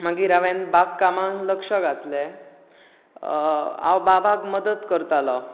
मागीर हांवेन बाग कामांत लक्ष घातलें हांव बाबाक मदत करतालो